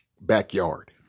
backyard